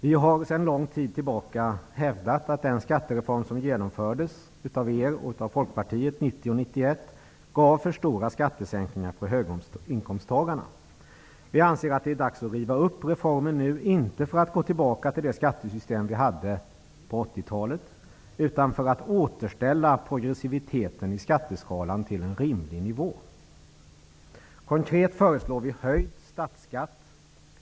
Vi har sedan lång tid tillbaka hävdat att den skattereform som genomfördes av er och av Folkpartiet 1990 och 1991 gav för stora skattesänkningar för höginkomsttagarna. Vi anser att det nu är dags att riva upp reformen, inte för att gå tillbaka till det skattesystem som vi hade på 80 talet, utan för att återställa progressiviteten i skatteskalan till en rimlig nivå. Konkret föreslår vi en höjning av statsskatten.